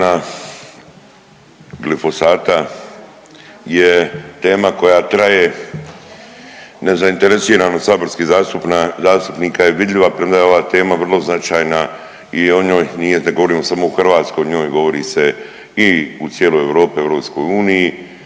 Zabrana glifosata je tema koja traje, nezainteresirani saborski zastupna, zastupnika je vidljiva, premda je ova tema vrlo značajna i o njoj nije da govorimo samo u Hrvatskoj o njoj govori se i u cijeloj Europi, EU i